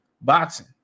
boxing